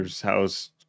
house